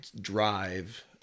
drive